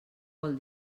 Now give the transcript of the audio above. vol